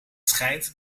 schijnt